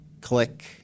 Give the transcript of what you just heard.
click